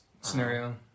scenario